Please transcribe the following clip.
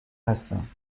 هستم